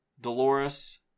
Dolores